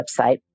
website